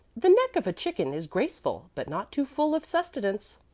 the neck of a chicken is graceful, but not too full of sustenance.